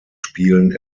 spielen